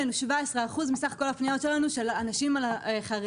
17% מסך כל הפניות היו של אנשים חרדים.